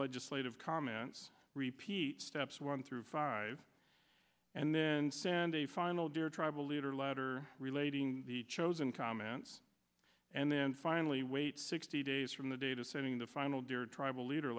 legislative comments repeat steps one through five and then send a final dear tribal leader letter relating the chosen comments and then finally wait sixty days from the data setting the final dear tribal leader